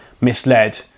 misled